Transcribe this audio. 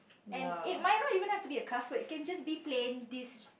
and it might not even have to be a cuss word it can just be plain dis~